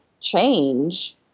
change